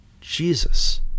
Jesus